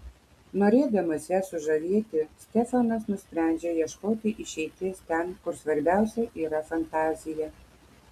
norėdamas ją sužavėti stefanas nusprendžia ieškoti išeities ten kur svarbiausia yra fantazija